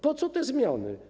Po co te zmiany?